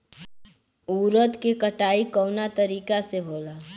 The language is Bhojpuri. उरद के कटाई कवना तरीका से होला?